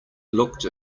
looked